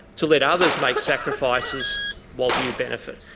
to let others make sacrifices while you benefit.